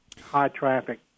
high-traffic